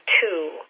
two